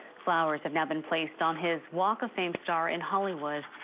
flowers have been placed on his walk of fame star in hollywood.